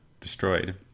destroyed